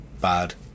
bad